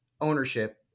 ownership